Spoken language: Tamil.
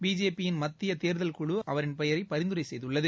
பிஜேபியின் மத்திய தேர்தல் குழு அவரது பெயரை பரிந்துரை செய்துள்ளது